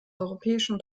europäischen